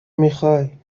میخای